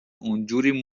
اینجوری